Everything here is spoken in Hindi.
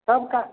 सब का